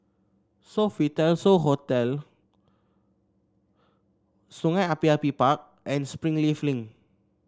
Sofitel So Hotel Sungei Api Api Park and Springleaf Link